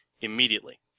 immediately